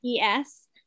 ES